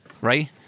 right